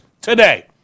today